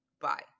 bye